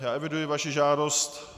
Eviduji vaši žádost.